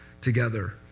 together